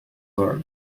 are